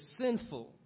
sinful